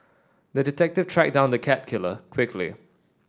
the detective tracked down the cat killer quickly